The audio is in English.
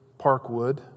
Parkwood